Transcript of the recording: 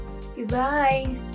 Goodbye